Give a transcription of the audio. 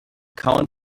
count